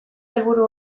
helburu